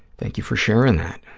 thank you for sharing that.